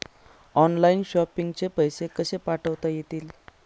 Online shopping चे पैसे कसे पाठवता येतील?